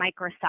Microsoft